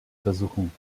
versuchen